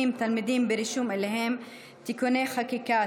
תלמידים ברישום אליהם (תיקוני חקיקה),